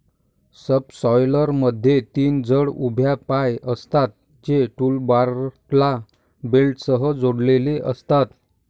सबसॉयलरमध्ये तीन जड उभ्या पाय असतात, जे टूलबारला बोल्टसह जोडलेले असतात